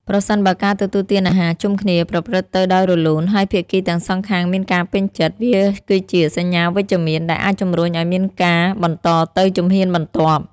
ប្រសិនបើការទទួលទានអាហារជុំគ្នាប្រព្រឹត្តទៅដោយរលូន ហើយភាគីទាំងសងខាងមានការពេញចិត្ត វាគឺជា សញ្ញាវិជ្ជមាន ដែលអាចជំរុញឱ្យមានការបន្តទៅជំហានបន្ទាប់។